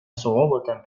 صعوبة